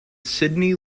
sidney